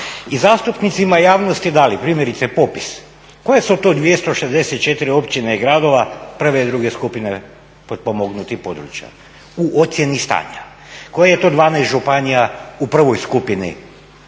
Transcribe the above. I zastupnicima i javnosti dali primjerice popis koje su to 264 općine i gradova 1. i 2. skupine potpomognutih područja u ocjeni stanja, koji je to 12 županija u 1. skupini